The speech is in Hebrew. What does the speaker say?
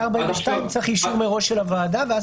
אחרי 42 צריך אישור מראש של הוועדה ואז